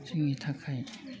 जोंनि थाखाय